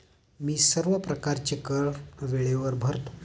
मी सर्व प्रकारचे कर वेळेवर भरतो